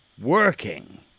working